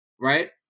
right